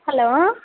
hello